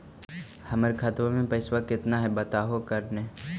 हमर खतवा में पैसा कितना हकाई बताहो करने?